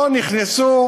לא נכנסו